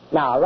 Now